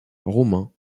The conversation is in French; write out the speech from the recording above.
roumain